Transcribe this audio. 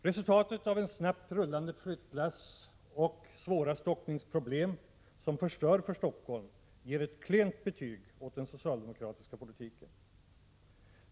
Resultaten av snabbt rullande flyttlass och svåra stockningsproblem som förstör för Stockholm ger ett klent betyg åt den socialdemokratiska politiken.